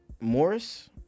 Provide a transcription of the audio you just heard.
Morris